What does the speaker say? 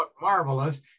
marvelous